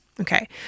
Okay